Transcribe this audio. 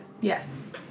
Yes